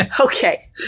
Okay